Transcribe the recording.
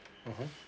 mmhmm